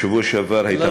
בשבוע שעבר הייתה אמורה,